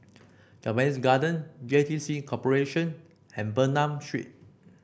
Japanese Garden J T C Corporation and Bernam Street